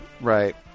Right